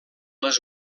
les